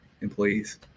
employees